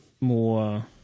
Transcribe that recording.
more